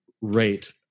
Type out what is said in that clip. rate